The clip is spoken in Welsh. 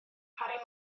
harri